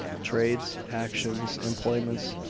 trades, actions, employments,